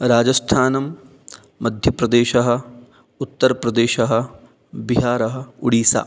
राजस्थानं मध्यप्रदेशः उत्तरप्रदेशः बिहारः उडिसा